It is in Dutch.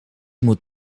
moet